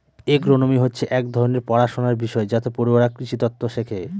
agronomy হচ্ছে এক ধরনের পড়াশনার বিষয় যাতে পড়ুয়ারা কৃষিতত্ত্ব শেখে